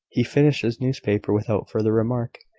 he finished his newspaper without further remark,